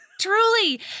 Truly